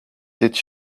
did